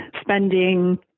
spending